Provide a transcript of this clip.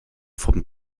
vom